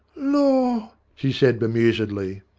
lor' she said bemusedly,